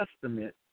Testament